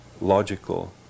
logical